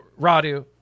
Radu